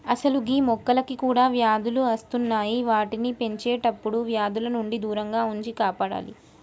అసలు గీ మొక్కలకి కూడా వ్యాధులు అస్తున్నాయి వాటిని పెంచేటప్పుడు వ్యాధుల నుండి దూరంగా ఉంచి కాపాడాలి